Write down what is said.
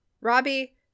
Robbie